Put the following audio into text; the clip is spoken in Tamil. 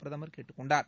பிரதமர் கேட்டுக்கொண்டார்